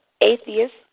atheist